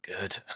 good